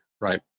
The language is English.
Right